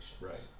Right